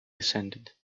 descended